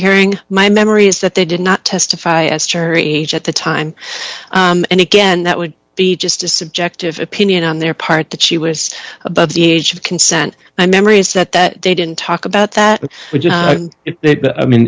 hearing my memory is that they did not testify as church age at the time and again that would be just a subjective opinion on their part that she was above the age of consent my memory is that that they didn't talk about that with it but i mean